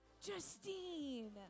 Justine